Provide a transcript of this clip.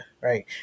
Right